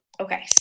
Okay